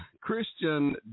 Christian